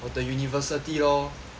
我等 university lor